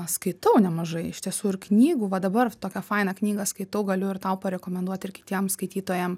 skaitau nemažai iš tiesų ir knygų va dabar tokia faina knyga skaitau galiu ir tau parekomenduot ir kitiem skaitytojam